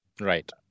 Right